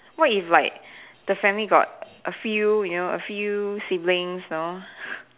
what if like the family got a few you know a few siblings know